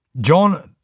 John